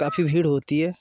काफी भीड़ होती है